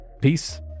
Peace